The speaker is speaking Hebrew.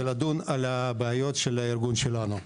ולדון על הבעיות של הארגון שלנו.